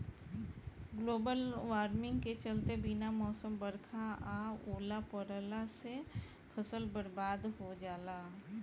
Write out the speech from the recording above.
global warming के चलते बिना मौसम बरखा आ ओला पड़ला से फसल बरबाद हो जाला